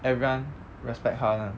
everyone respect 他这样